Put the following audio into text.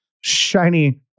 shiny